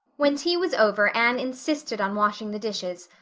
when tea was over anne insisted on washing the dishes,